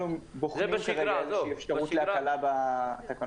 אנחנו בוחנים כרגע איזושהי אפשרות להקלה בתקנות.